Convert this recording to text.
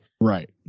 Right